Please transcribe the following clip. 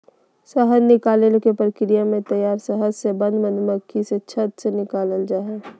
शहद निकालने के प्रक्रिया में तैयार शहद से बंद मधुमक्खी से छत्त से निकलैय हइ